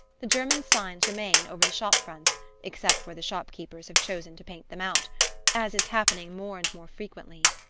the german signs remain over the shop-fronts except where the shop-keepers have chosen to paint them out as is happening more and more frequently.